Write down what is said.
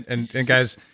and, guys,